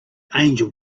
angel